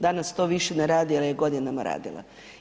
Danas to više ne radi, ali je godinama radila.